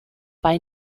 bei